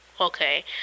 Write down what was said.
Okay